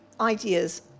ideas